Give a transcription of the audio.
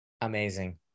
Amazing